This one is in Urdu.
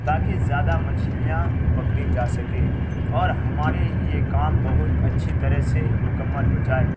تاکہ زیادہ مچھلیاں پکڑی جا سکے اور ہمارے یہ کام بہت اچھی طرح سے مکمل ہو جائے